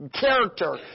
character